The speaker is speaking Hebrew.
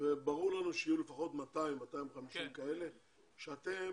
ברור לנו שיהיו לפחות 200, 250 כאלה, שאתם